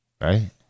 Right